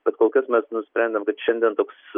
bet kol kas mes nusprendėm kad šiandien toks